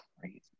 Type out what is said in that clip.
crazy